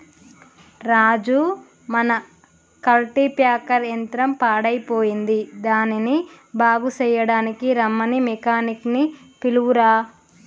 రాజు మన కల్టిప్యాకెర్ యంత్రం పాడయ్యిపోయింది దానిని బాగు సెయ్యడానికీ రమ్మని మెకానిక్ నీ పిలువురా